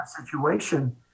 situation